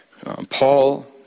Paul